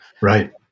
Right